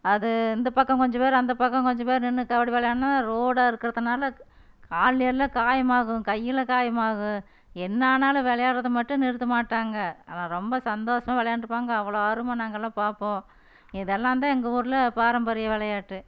அது இந்த பக்கம் கொஞ்சம் பேர் அந்த பக்கம் கொஞ்சம் பேர் நின்று கபடி விளையாட்னா ரோடாக இருக்கிறதுனால கால்லல்லாம் காயமாகும் கையில் காயமாகும் என்ன ஆனாலும் விளையாட்றத மட்டும் நிறுத்த மாட்டாங்க ஆனால் ரொம்ப சந்தோஷமாக விளையாண்ட்ருப்பாங்க அவ்வளோ ஆர்வமாக நாங்கெல்லாம் பார்ப்போம் இதெல்லாந்தான் எங்கள் ஊர்ல பாரம்பரிய விளையாட்டு